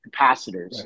capacitors